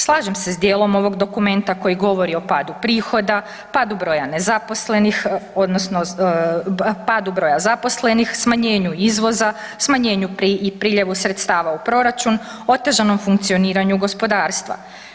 Slažem se s djelom ovog dokumenta koji govori o padu prihoda, padu broja nezaposlenih odnosno padu broja zaposlenih, smanjenju izvoza, smanjenju i priljevu sredstava u proračun, otežanom funkcioniranju gospodarstva.